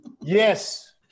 Yes